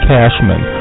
Cashman